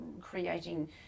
creating